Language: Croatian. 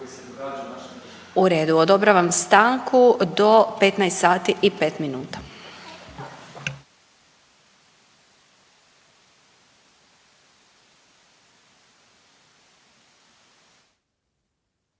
U redu, odobravam stanku do 15 sati i 5 minuta.